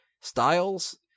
Styles